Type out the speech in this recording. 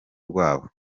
rwabo